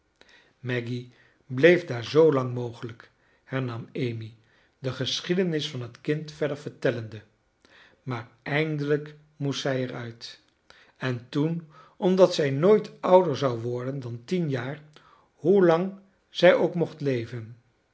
maggy bleef daar zoolang mogelijk hernam amy de geschiedenis van het kind verder vertellende maar eindelijk moest zij er uit en toen omdat zij nooit ouder zou worden dan tien jaar hoe lang zij ook mocht leven